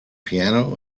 piano